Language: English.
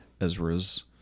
Ezra's